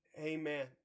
amen